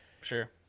Sure